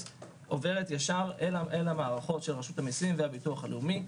עוברת אוטומטית ישר אל המערכות של רשות המיסים והביטוח הלאומי.